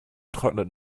trocknet